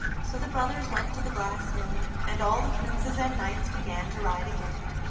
so the brothers went to the glass hill, and all the princes and knights began to ride again,